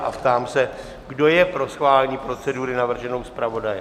Ptám se, kdo je pro schválení procedury navržené zpravodajem?